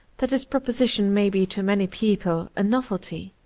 that his proposition may be to many people a novelty.